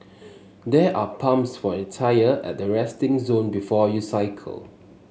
there are pumps for your tyres at the resting zone before you cycle